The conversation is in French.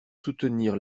soutenir